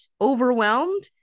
overwhelmed